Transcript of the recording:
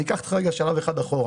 אני אקח אותך רגע שלב אחד אחורה.